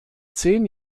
zehn